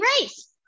race